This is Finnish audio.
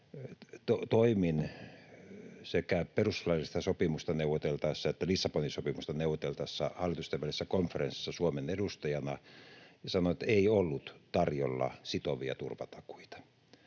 Toimin sekä perustuslaillista sopimusta neuvoteltaessa että Lissabonin sopimusta neuvoteltaessa hallitustenvälisessä konferenssissa Suomen edustajana, ja sanon, että ei ollut tarjolla sitovia turvatakuita.